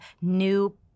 new